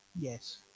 Yes